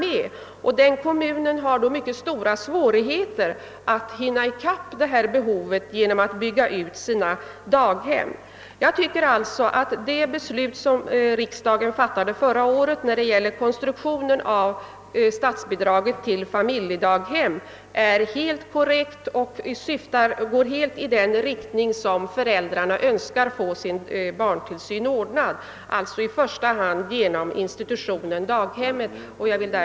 En kommun kan då få mycket stora svårigheter att klara behovet genom utbyggnad av sina barnstugor. peg Jag tycker, alltså att det beslut som riksdagen fattade förra året beträffande konstruktionen av statsbidraget till familjedaghem är: helt korrekt och fullt överensstämmande med föräldrarnas önskemål om barntillsyn, som således i första hand bör lösas genom institutionen barnstugor. Herr talman!